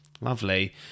lovely